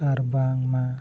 ᱟᱨ ᱵᱟᱝᱢᱟ